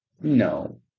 No